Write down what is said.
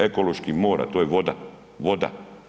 Ekološki mora, to je voda, voda.